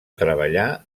treballar